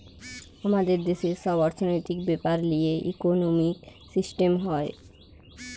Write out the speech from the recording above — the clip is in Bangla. আমাদের দেশের সব অর্থনৈতিক বেপার লিয়ে ইকোনোমিক সিস্টেম হয়